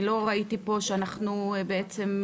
אני לא ראיתי פה שאנחנו בעצם,